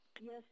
Yes